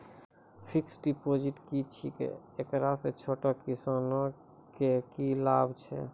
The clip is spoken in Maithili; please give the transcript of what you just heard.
फिक्स्ड डिपॉजिट की छिकै, एकरा से छोटो किसानों के की लाभ छै?